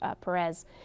Perez